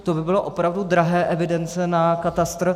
To by byly opravdu drahé evidence na katastr.